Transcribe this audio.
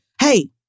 Hey